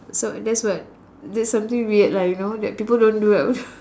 so that's what that's something weird lah you know people don't do [what]